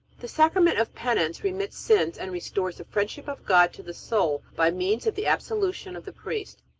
the sacrament of penance remits sins and restores the friendship of god to the soul by means of the absolution of the priest.